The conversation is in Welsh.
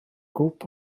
grŵp